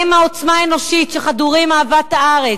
הם העוצמה האנושית שחדורים אהבת הארץ.